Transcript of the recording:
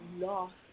lost